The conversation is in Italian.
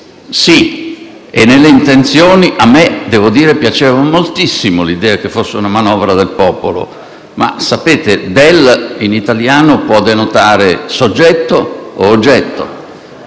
sì, nelle intenzioni devo dire che a me piaceva moltissimo l'idea che fosse una manovra del popolo, ma sapete "del" in italiano può denotare soggetto o oggetto.